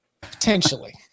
Potentially